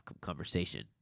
conversation